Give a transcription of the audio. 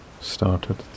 started